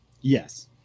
Yes